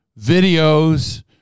videos